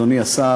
אדוני השר,